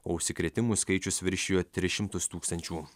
o užsikrėtimų skaičius viršijo tris šimtus tūkstančių